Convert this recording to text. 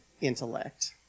intellect